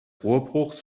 rohrbruchs